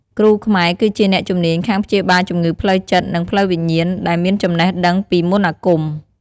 គ្រូខ្មែរគឺជាអ្នកជំនាញខាងព្យាបាលជំងឺផ្លូវចិត្ត និងផ្លូវវិញ្ញាណ ដែលមានចំណេះដឹងពីមន្តអាគម។